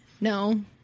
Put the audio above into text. No